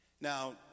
Now